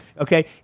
Okay